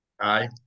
Aye